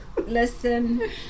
listen